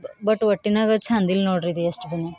but ಒಟ್ಟಿನಾಗ ಚಂದಿಲ್ಲ ನೋಡಿರಿ ಇದು ಎಷ್ಟು ಭೀನೆ